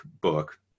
book